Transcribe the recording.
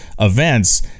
events